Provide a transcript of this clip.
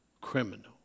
criminal